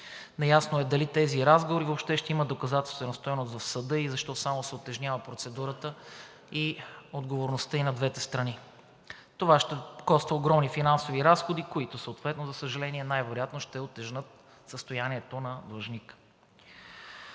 Неясно е дали тези разговори въобще ще имат доказателствена стойност в съда и защо само се утежнява процедурата и отговорността и на двете страни. Това ще коства огромни финансови разходи, които съответно, за съжаление, най-вероятно ще утежнят състоянието на длъжника